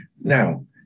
Now